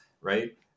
right